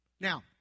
Now